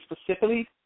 specifically